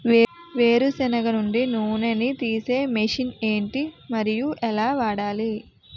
వేరు సెనగ నుండి నూనె నీ తీసే మెషిన్ ఏంటి? మరియు ఎలా వాడాలి?